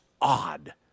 odd